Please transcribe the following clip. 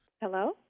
Hello